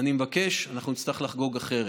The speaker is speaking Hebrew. אני מבקש, אנחנו נצטרך לחגוג אחרת.